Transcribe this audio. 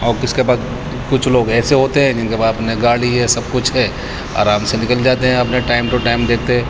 اور کس کے پاس کچھ لوگ ایسے ہوتے ہیں جن کے پاس اپنے گاڑی ہے سب کچھ ہے آرام سے نکل جاتے ہیں اپنے ٹائم ٹو ٹائم دیکھتے